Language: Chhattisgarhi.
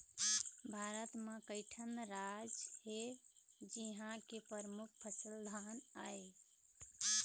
भारत म कइठन राज हे जिंहा के परमुख फसल धान आय